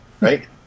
right